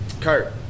Kurt